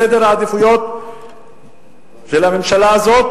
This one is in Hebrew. וסדר העדיפויות של הממשלה הזאת,